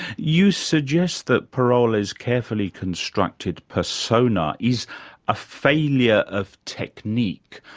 you suggest that parolles's perfectly constructed persona is a failure of technique.